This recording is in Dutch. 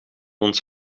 ons